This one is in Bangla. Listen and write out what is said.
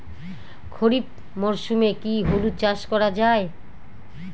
খরিফ মরশুমে কি হলুদ চাস করা য়ায়?